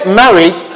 married